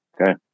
okay